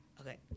okay